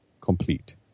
complete